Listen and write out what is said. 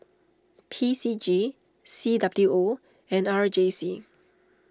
P C G C W O and R J C